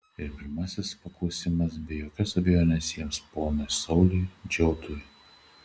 ir pirmasis klausimas be jokios abejonės jiems ponui sauliui džiautui